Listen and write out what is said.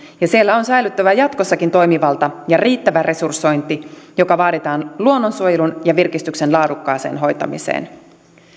ja siellä on säilyttävä jatkossakin toimivalta ja riittävä resursointi joka vaaditaan luonnonsuojelun ja virkistyksen laadukkaaseen hoitamiseen